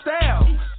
style